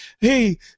Hey